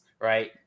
right